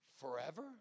forever